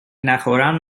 نخورم